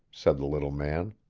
said the little man.